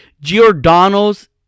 Giordano's